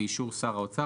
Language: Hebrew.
באישור שר האוצר,